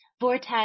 Vortex